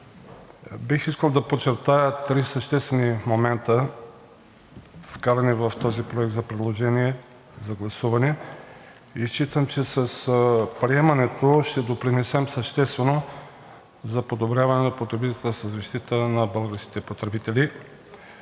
Бих искал да подчертая три съществени момента, вкарани в този проект за предложения за гласуване. Считам, че с приемането ще допринесем съществено за подобряване на потребителската защита на българските потребители.